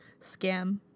Scam